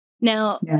Now